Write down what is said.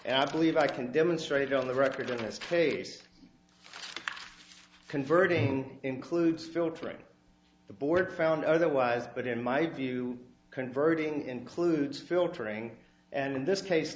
and i believe i can demonstrate on the record in this case converting includes filtering the board found otherwise but in my view converting includes filtering and in this case